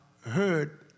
heard